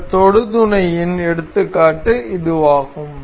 இந்த தொடு துணையின் எடுத்துகாட்டு இதுவாகும்